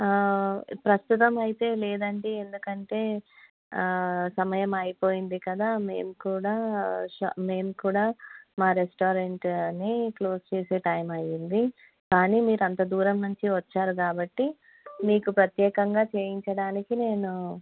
ప్రస్తుతం అయితే లేదండి ఎందుకంటే సమయం అయిపోయింది కదా మేము కూడా షా మేము కూడా మా రెస్టారెంట్ని క్లోజ్ చేసే టైం అయ్యింది కానీ మీరంత దూరం నుంచి వచ్చారు కాబట్టి మీకు ప్రత్యేకంగా చేయించడానికి నేను